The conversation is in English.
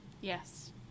Yes